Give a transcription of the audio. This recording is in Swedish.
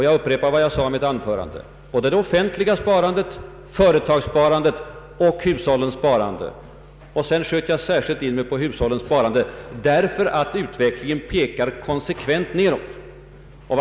Jag upprepar vad jag sade i mitt första anförande, nämligen att detta gäller det offentliga sparandet, företagssparandet och hushållssparandet. Sedan sköt jag särskilt in mig på hushållssparandet, därför att utvecklingen där konsekvent pekar nedåt.